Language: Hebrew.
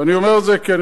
ואני אומר את זה לכולם,